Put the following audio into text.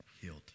healed